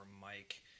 Mike